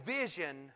vision